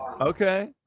okay